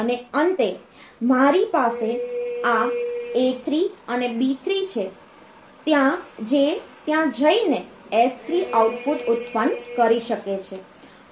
અને અંતે મારી પાસે આ A3 અને B3 છે જે ત્યાં જઈને S3 આઉટપુટ ઉત્પન્ન કરી શકે છે